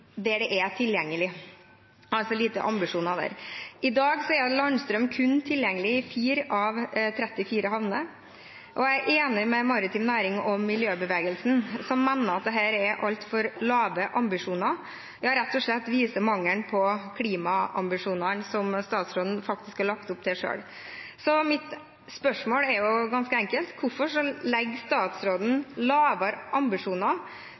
der det er tilgjengelig, altså lave ambisjoner der. I dag er landstrøm tilgjengelig i kun 4 av 34 havner, og jeg er enig med maritim næring og miljøbevegelsen, som mener at dette er altfor lave ambisjoner, ja, at det rett og slett viser mangelen på klimaambisjoner som statsråden faktisk har lagt opp til selv. Mitt spørsmål er ganske enkelt: Hvorfor legger statsråden lavere ambisjoner